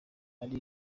ari